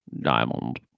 Diamond